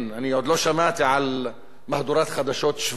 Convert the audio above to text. אני עוד לא שמעתי על מהדורת חדשות שבועית.